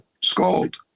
scold